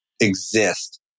exist